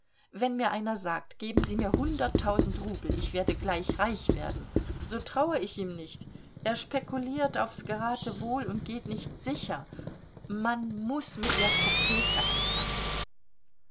wenn mir einer sagt geben sie mir hunderttausend rubel ich werde gleich reich werden so traue ich ihm nicht er spekuliert aufs geratewohl und geht nicht sicher man muß mit der kopeke anfangen